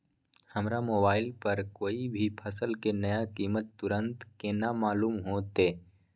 हमरा मोबाइल पर कोई भी फसल के नया कीमत तुरंत केना मालूम होते?